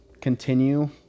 continue